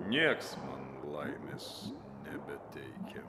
nieks man laimės nebeteikia